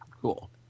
Cool